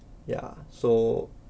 ya so